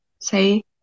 say